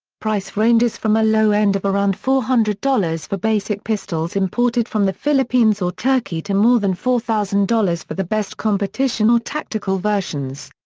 price ranges from a low end of around four hundred dollars for basic pistols imported from the philippines or turkey to more than four thousand dollars for the best competition or tactical versions.